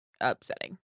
upsetting